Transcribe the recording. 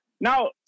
Now